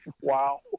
Wow